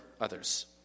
others